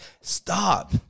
Stop